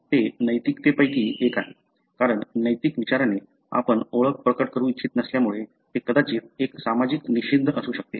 हे नैतिकतेपैकी एक आहे कारण नैतिक विचारने आपण ओळख प्रकट करू इच्छित नसल्यामुळे ते कदाचित एक सामाजिक निषिद्ध असू शकते